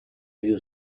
you